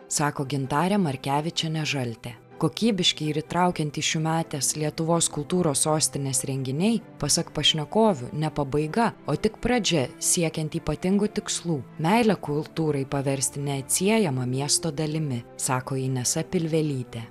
sako gintarė markevičienė žaltė kokybiški ir įtraukiantys šiųmetės lietuvos kultūros sostinės renginiai pasak pašnekovių ne pabaiga o tik pradžia siekiant ypatingų tikslų meilę kultūrai paversti neatsiejama miesto dalimi sako inesa pilvelytė